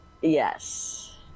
Yes